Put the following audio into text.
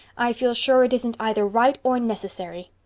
i feel sure it isn't either right or necessary.